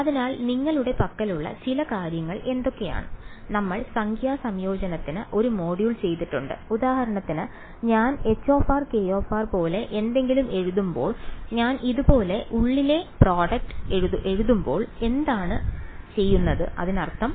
അതിനാൽ നിങ്ങളുടെ പക്കലുള്ള ചില കാര്യങ്ങൾ എന്തൊക്കെയാണ് നമ്മൾ സംഖ്യാ സംയോജനത്തിൽ ഒരു മൊഡ്യൂൾ ചെയ്തിട്ടുണ്ട് ഉദാഹരണത്തിന് ഞാൻ hk പോലെ എന്തെങ്കിലും എഴുതുമ്പോൾ ഞാൻ ഇതുപോലെ ഉള്ളിലെ പ്രോഡക്ട് എഴുതുമ്പോൾ എന്താണ് ചെയ്യുന്നത് അതിനർത്ഥം